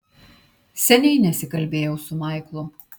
seniai nesikalbėjau su maiklu